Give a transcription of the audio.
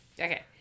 Okay